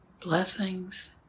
blessings